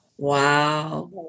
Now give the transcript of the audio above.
Wow